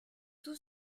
tout